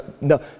No